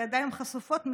בידיים חשופות,